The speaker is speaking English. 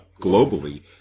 globally